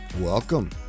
Welcome